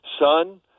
Son